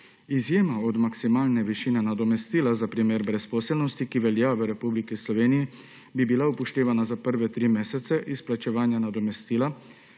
Izjema od maksimalne višine nadomestila za primer brezposelnosti, ki velja v Republiki Sloveniji, bi bila upoštevana za prve tri mesece izplačevanja nadomestila,